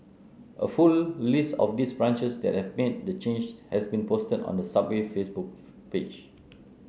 a full list of these branches that have made the change has been posted on the Subway Facebook page